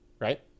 right